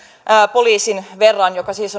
poliisin verran jotka siis